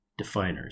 Definers